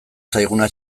zaiguna